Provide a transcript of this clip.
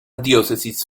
diócesis